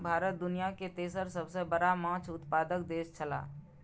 भारत दुनिया के तेसर सबसे बड़ा माछ उत्पादक देश छला